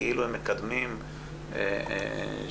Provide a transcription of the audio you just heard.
כאילו מקדמים שוויון,